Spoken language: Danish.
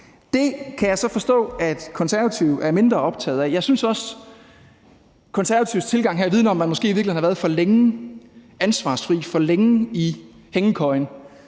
Det kan jeg så forstå at Konservative er mindre optaget af. Jeg synes også, Konservatives tilgang her vidner om, at man måske i virkeligheden har været ansvarsfri for længe i hængekøjen